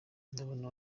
ndabona